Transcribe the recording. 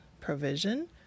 provision